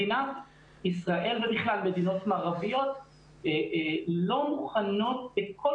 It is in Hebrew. מדינת ישראל ובכלל מדינות מערביות לא מוכנות בכל